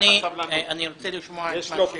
אני רוצה לשמוע את מה שאמרתם.